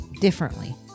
differently